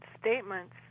statements